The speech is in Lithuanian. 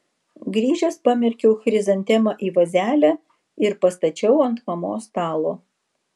grįžęs pamerkiau chrizantemą į vazelę ir pastačiau ant mamos stalo